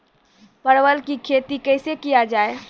परवल की खेती कैसे किया जाय?